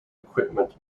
equipment